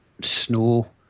snow